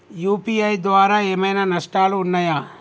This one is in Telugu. యూ.పీ.ఐ ద్వారా ఏమైనా నష్టాలు ఉన్నయా?